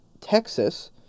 Texas